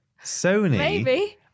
Sony